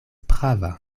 prava